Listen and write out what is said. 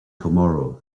tomorrow